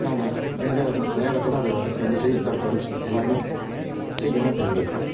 நாங்கள் மிக வேகத்தில் அது அந்த செய்தித்தாள் படிச்சு எல்லாருமே சீக்கிரமாக தெரிஞ்சிக்கிறோம்